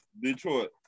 Detroit